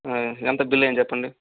ఎంత బిల్ అయ్యింది చెప్పండి